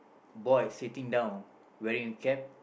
boy sitting down wearing a cap